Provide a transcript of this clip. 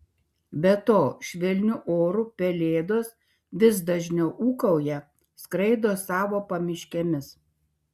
be to švelniu oru pelėdos vis dažniau ūkauja skraido savo pamiškėmis